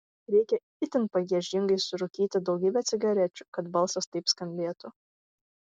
reikia itin pagiežingai surūkyti daugybę cigarečių kad balsas taip skambėtų